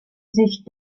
sich